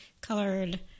colored